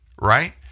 right